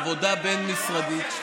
עבודה בין-משרדית,